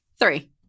Three